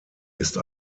ist